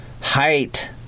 height